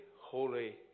holy